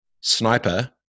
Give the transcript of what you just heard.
sniper